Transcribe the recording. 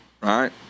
right